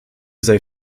sei